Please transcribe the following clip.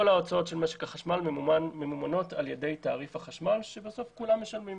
כל ההוצאות של משק החשמל ממומנות על-ידי תעריף החשמל שכולם משלמים,